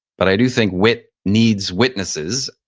but i do think wit needs witnesses.